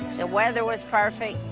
the weather was perfect.